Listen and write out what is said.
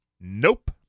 Nope